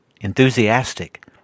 enthusiastic